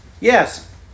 Yes